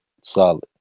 solid